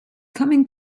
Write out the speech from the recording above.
coming